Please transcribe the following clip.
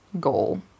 goal